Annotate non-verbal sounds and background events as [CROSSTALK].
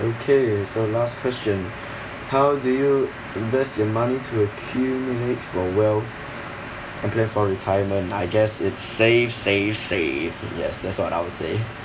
okay so last question [BREATH] how do you invest your money to accumulate for wealth okay for retirement I guess it's save save save yes that's what I would say